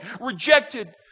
rejected